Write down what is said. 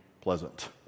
pleasant